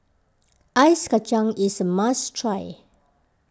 Ice Kacang is a must try